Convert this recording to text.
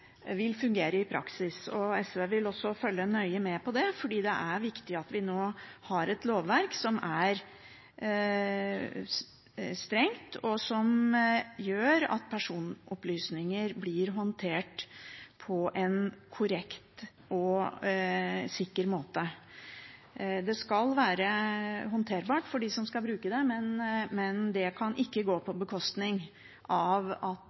vil fungere i praksis. SV vil følge nøye med på det, for det er viktig at vi har et lovverk som er strengt, og som gjør at personopplysninger blir håndtert på en korrekt og sikker måte. Det skal være håndterbart for dem som skal bruke det, men det kan ikke gå på bekostning av